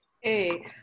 Hey